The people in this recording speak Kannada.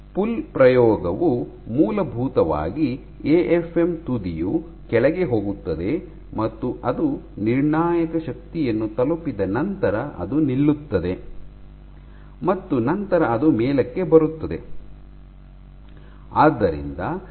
ಪುಲ್ ಪ್ರಯೋಗವು ಮೂಲಭೂತವಾಗಿ ಎಎಫ್ಎಂ ತುದಿಯು ಕೆಳಗೆ ಹೋಗುತ್ತದೆ ಮತ್ತು ಅದು ನಿರ್ಣಾಯಕ ಶಕ್ತಿಯನ್ನು ತಲುಪಿದ ನಂತರ ಅದು ನಿಲ್ಲುತ್ತದೆ ಮತ್ತು ನಂತರ ಅದು ಮೇಲಕ್ಕೆ ಬರುತ್ತದೆ